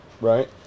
right